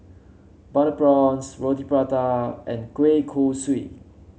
Butter Prawns Roti Prata and Kueh Kosui